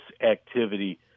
activity